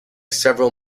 several